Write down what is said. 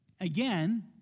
Again